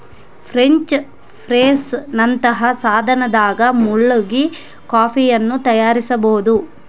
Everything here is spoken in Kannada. ಫ್ರೆಂಚ್ ಪ್ರೆಸ್ ನಂತಹ ಸಾಧನದಾಗ ಮುಳುಗಿ ಕಾಫಿಯನ್ನು ತಯಾರಿಸಬೋದು